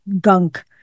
gunk